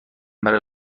برای